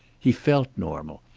he felt normal.